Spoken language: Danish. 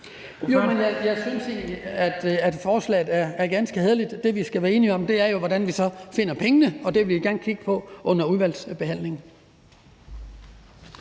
Jeg synes egentlig, at forslaget er ganske hæderligt. Det, vi skal være enige om, er jo, hvordan vi så finder pengene, og det vil vi gerne kigge på under udvalgsbehandlingen.